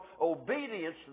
obedience